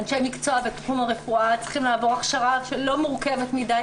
אנשי מקצוע בתחום הרפואה צריכים לעבור הכשרה שהיא לא מורכבת מדי,